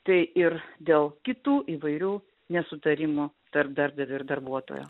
tai ir dėl kitų įvairių nesutarimų tarp darbdavio ir darbuotojo